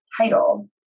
title